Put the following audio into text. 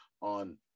on